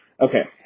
Okay